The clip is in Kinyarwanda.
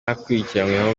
akurikiranyweho